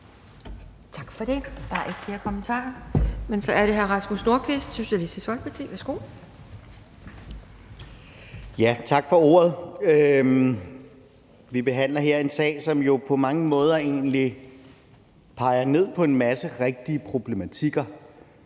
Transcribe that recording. Tak for det. Der er ikke flere kommentarer. Så er det hr. Rasmus Nordqvist, Socialistisk Folkeparti. Værsgo. Kl. 17:58 (Ordfører) Rasmus Nordqvist (SF): Tak for ordet. Vi behandler her en sag, som jo på mange måder egentlig peger på en masse rigtige problematikker: